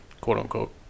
quote-unquote